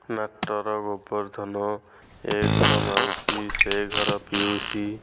ନାଟର ଗୋବର୍ଦ୍ଧନ ଏ ଘର ମାଉସୀ ସେ ଘର ପିଉସୀ